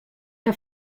que